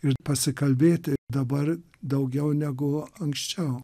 ir pasikalbėti dabar daugiau negu anksčiau